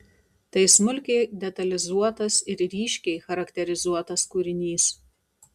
tai smulkiai detalizuotas ir ryškiai charakterizuotas kūrinys